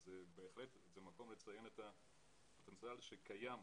אז בהחלט זה המקום לציין את הפוטנציאל שגלום